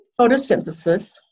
photosynthesis